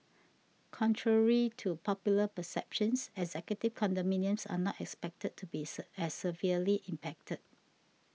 contrary to popular perceptions executive condominiums are not expected to be as severely impacted